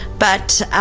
but